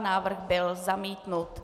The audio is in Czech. Návrh byl zamítnut.